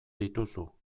dituzu